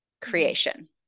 creation